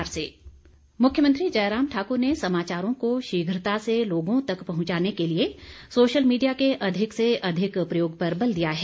मुख्यमंत्री मुख्यमंत्री जयराम ठाकुर ने समाचारों को शीघ्रता से लोगों तक पहुंचाने के लिए सोशल मीडिया को अधिक से अधिक प्रयोग पर बल दिया है